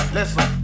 Listen